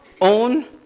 own